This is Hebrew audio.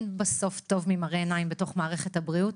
בסוף אין טוב ממראה עיניים בתוך מערכת הבריאות.